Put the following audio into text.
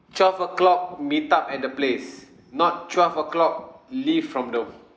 twelve o'clock meet up at the place not twelve o'clock leave from the